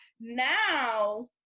now